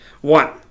One